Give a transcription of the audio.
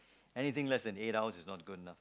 anything less than eight hours is not good enough